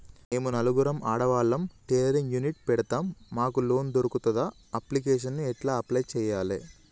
మేము నలుగురం ఆడవాళ్ళం టైలరింగ్ యూనిట్ పెడతం మాకు లోన్ దొర్కుతదా? అప్లికేషన్లను ఎట్ల అప్లయ్ చేయాలే?